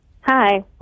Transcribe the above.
Hi